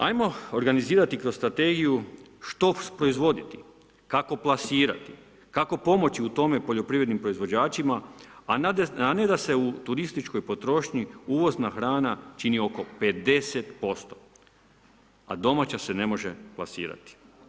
Ajmo organizirati kroz strategiju što proizvoditi, kako plasirati, kako pomoći u tome poljoprivrednim proizvođačima a ne da s u turističkoj potrošnji uvozna hrana čini oko 50% a domaća se ne može plasirati.